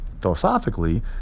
philosophically